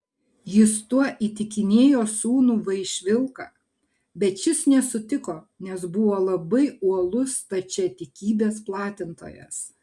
jis tuo įtikinėjo sūnų vaišvilką bet šis nesutiko nes buvo labai uolus stačiatikybės platintojas